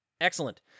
excellent